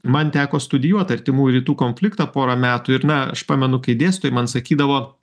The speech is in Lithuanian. man teko studijuot artimųjų rytų konfliktą porą metų ir na aš pamenu kai dėstytojai man sakydavo